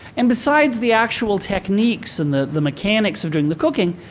and besides the actual techniques and the the mechanics of doing the cooking,